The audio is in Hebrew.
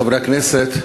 חברי הכנסת,